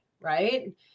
right